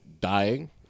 dying